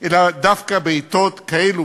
אלא דווקא בעתות כאלה,